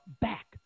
back